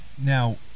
Now